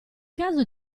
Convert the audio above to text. caso